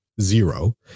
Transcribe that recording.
zero